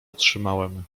otrzymałem